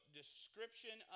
description